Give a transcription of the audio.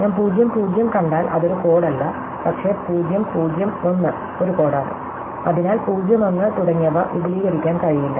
ഞാൻ 0 0 കണ്ടാൽ അത് ഒരു കോഡല്ല പക്ഷേ 0 0 1 ഒരു കോഡാണ് അതിനാൽ 0 1 തുടങ്ങിയവ വിപുലീകരിക്കാൻ കഴിയില്ല